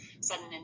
sudden